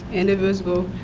indivisible